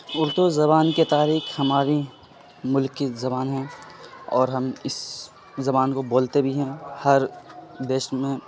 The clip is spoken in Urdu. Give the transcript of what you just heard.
اردو زبان کے تاریخ ہماری ملک کی زبان ہیں اور ہم اس زبان کو بولتے بھی ہیں ہر دیش میں